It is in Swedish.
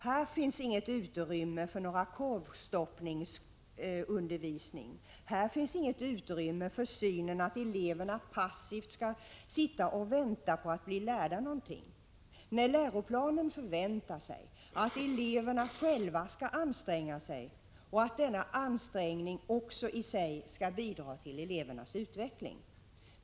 Här finns inget utrymme för någon ”korvstoppningsundervisning”, här finns inget utrymme för synen att eleverna passivt skall vänta på att bli lärda någonting. Nej, läroplanen förväntar sig att eleverna själva skall anstränga sig och att denna ansträngning också i sig skall bidra till elevernas utveckling.